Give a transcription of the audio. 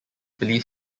belief